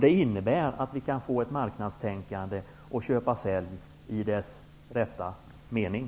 Det betyder att vi kan få ett marknadstänkande med köp och sälj i dess rätta mening.